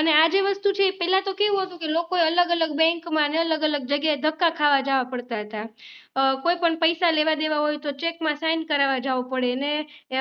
અને આ જે વસ્તુ છે એ પેહલા તો કેવું હતું કે લોકો એ અલગ અલગ બેન્કમાંને અને અલગ અલગ જગ્યાએ ધક્કા ખાવા જવા પડતાં હતાં કોઈપણ પૈસા લેવા દેવા હોય તો ચેકમાં સાઇન કરવા જવું પડે